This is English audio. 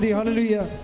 hallelujah